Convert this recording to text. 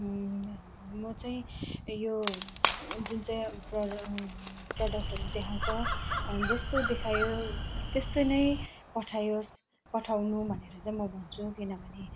म चाहिँ यो जुन चाहिँ प्रो प्रडक्टहरू देखाउँछ जस्तो देखायो त्यस्तो नै पठाइयोस् पठाउनु भनेर चाहिँ म भन्छु किनभने